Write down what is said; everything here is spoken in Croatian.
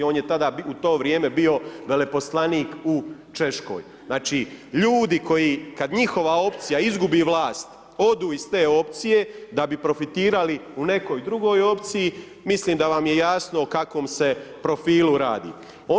On je tada u to vrijeme bio veleposlanik u Češkoj, znači ljudi, kada njihova opcija izgubi vlast, odu iz te opciji da bi profitirali u nekoj drugoj opciji, mislim da vam je jasno o kakvom se profilu radi.